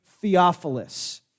Theophilus